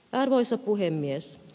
arvoisa puhemies